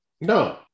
No